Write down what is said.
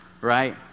right